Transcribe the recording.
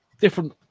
different